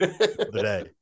today